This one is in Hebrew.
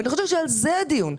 אני חושבת שעל זה הדיון.